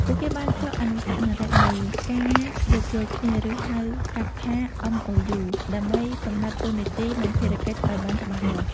ពួកគេបានចុះអនុស្សរណៈនៃការយោគយល់គ្នា ឬ ហៅកាត់ថា MOU ដើម្បីកំណត់តួនាទី និងភារកិច្ចឱ្យបានច្បាស់លាស់។